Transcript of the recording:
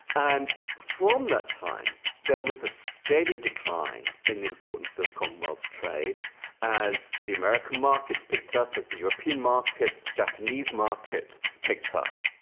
and from that time there was a steady decline in the importance of commonwealth trade as the american markets picked up, as the european markets, the japanese market picked up.